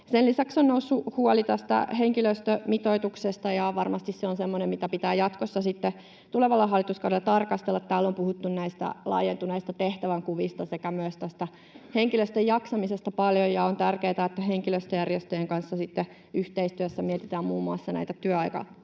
Sen lisäksi on noussut huoli tästä henkilöstömitoituksesta, ja varmasti se on semmoinen, mitä pitää jatkossa sitten tulevalla hallituskaudella tarkastella. Täällä on puhuttu näistä laajentuneista tehtävänkuvista sekä myös tästä henkilöstön jaksamisesta paljon, ja on tärkeätä, että henkilöstöjärjestöjen kanssa sitten yhteistyössä mietitään muun muassa näitä